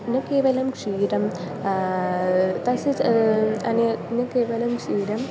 न केवलं क्षीरं तस्य च अनया न केवलं क्षीरं